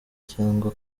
cyangwa